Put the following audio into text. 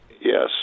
yes